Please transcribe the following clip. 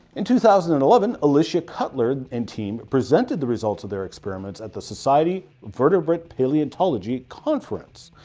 in two thousand and eleven, alicia cutler and team presented the results of their experiments at the society vertebrate paleontology conference.